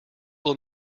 will